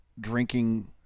drinking